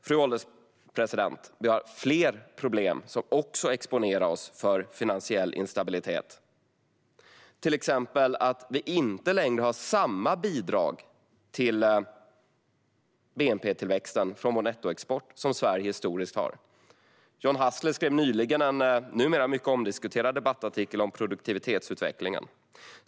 Fru ålderspresident! Vi har fler problem som också exponerar oss för finansiell instabilitet. Vi har till exempel inte samma bidrag till bnp-tillväxten från vår nettoexport som Sverige historiskt har haft. John Hassler skrev nyligen en numera mycket omdiskuterad debattartikel om produktivitetsutvecklingen.